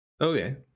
Okay